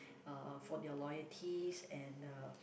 uh for their loyalties and uh